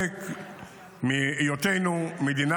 מהיותנו מדינה